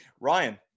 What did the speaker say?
Ryan